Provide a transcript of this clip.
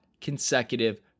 consecutive